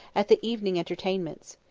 at the evening entertainments.